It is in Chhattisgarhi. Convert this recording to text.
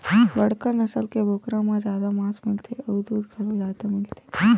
बड़का नसल के बोकरा म जादा मांस मिलथे अउ दूद घलो जादा मिलथे